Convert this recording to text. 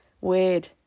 Weird